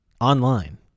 online